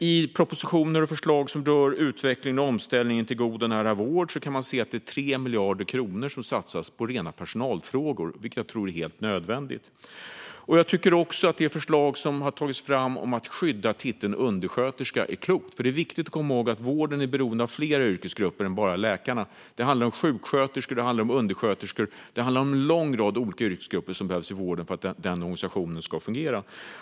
I propositioner och förslag som rör utvecklingen och omställningen till god och nära vård kan man se att det är 3 miljarder kronor som satsas på rena personalfrågor, vilket jag tror är helt nödvändigt. Jag tycker också att det förslag som har tagits fram om att skydda titeln undersköterska är klokt, för det är viktigt att komma ihåg att vården är beroende av fler yrkesgrupper än bara läkarna. Det handlar om sjuksköterskor och undersköterskor, om en lång rad olika yrkesgrupper som behövs i vården för att den organisationen ska fungera.